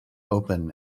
open